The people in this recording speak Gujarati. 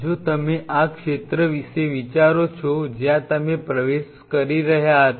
જો તમે આ ક્ષેત્ર વિશે વિચારો છો જ્યાં તમે પ્રવેશ કરી રહ્યા હતા